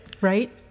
Right